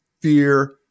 fear